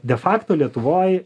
de fakto lietuvoj